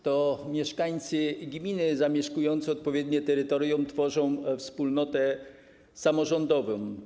To mieszkańcy gminy zamieszkujący odpowiednie terytorium tworzą wspólnotę samorządową.